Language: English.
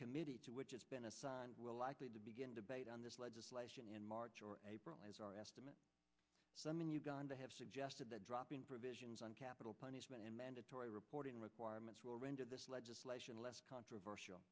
committee to which it's been assigned will likely to begin debate on this legislation in march or april as our estimate some in uganda have suggested the drop in provisions on capital punishment and mandatory reporting requirements will render this legislation less controversial